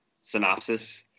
synopsis